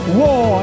war